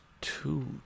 Two